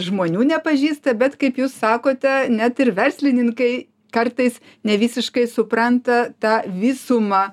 žmonių nepažįsta bet kaip jūs sakote net ir verslininkai kartais nevisiškai supranta tą visumą